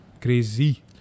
Crazy